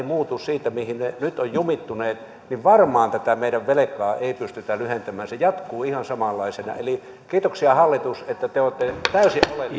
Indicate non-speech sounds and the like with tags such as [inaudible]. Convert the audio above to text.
[unintelligible] muutu siitä mihin ne nyt ovat jumittuneet niin varmaan tätä meidän velkaa ei pystytä lyhentämään se jatkuu ihan samanlaisena eli kiitoksia hallitus että te olette täysin